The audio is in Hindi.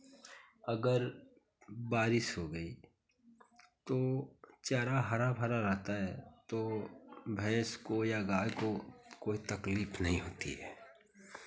अगर बारिश हो गई तो चारा हरा भरा रहता है तो भैंस को या गाय को कोई तकलीफ नहीं होती है